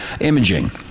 imaging